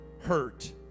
hurt